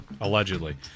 Allegedly